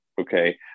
okay